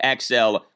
XL